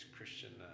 Christian